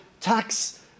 tax